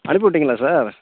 அனுப்பி விட்டீங்களா சார்